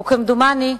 וכמדומני,